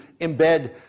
embed